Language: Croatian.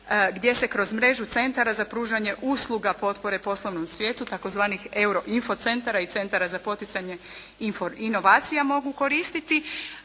gdje se kroz mrežu centara za pružanje usluga potpore poslovnom svijetu tzv. euro info centara i centara za poticanje inovacija mogu koristiti.